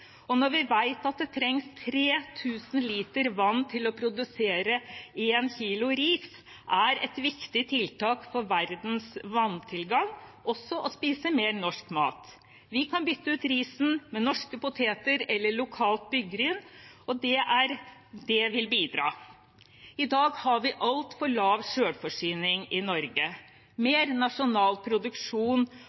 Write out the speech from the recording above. Når vi vet at det trengs 3 000 liter vann for å produsere én kilo ris, er et viktig tiltak for verdens vanntilgang også å spise mer norsk mat. Vi kan bytte ut risen med norske poteter eller lokalt byggryn, og det vil bidra. I dag har vi altfor lav selvforsyningsgrad i Norge. Mer nasjonal produksjon